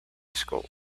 school